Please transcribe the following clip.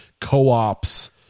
co-ops